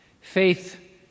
Faith